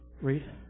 Read